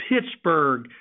Pittsburgh